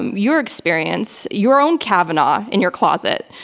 your experience, your own kavanaugh, in your closet,